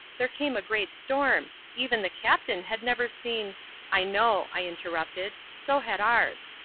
there came a great storm. even the captain had never seen i know, i interrupted, so had ours.